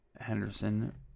Henderson